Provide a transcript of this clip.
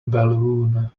balloon